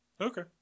Okay